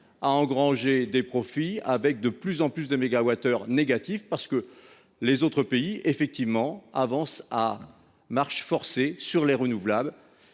à engranger des profits avec de plus en plus de mégawattheures négatifs, d’autant que les autres pays avancent à marche forcée sur les énergies